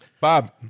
Bob